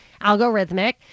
algorithmic